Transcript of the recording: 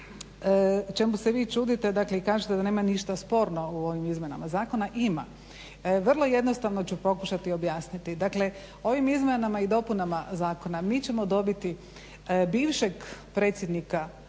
čemu se vi čudite dakle i kažete da nema ništa sporno u ovim izmjenama zakona. Ima vrlo jednostavno ću pokušati objasniti. Dakle ovim izmjenama i dopunama zakona mi ćemo dobiti bivšeg predsjednika